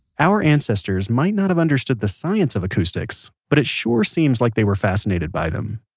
our ancestors might not have understood the science of acoustics, but it sure seems like they were fascinated by them